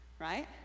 Right